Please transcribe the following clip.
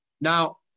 Now